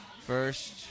First